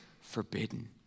forbidden